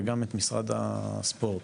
וגם את משרד הספורט.